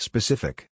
Specific